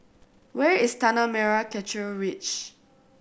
where is Tanah Merah Kechil Ridge